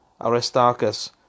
Aristarchus